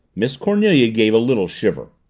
miss cornelia gave a little shiver.